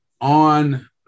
on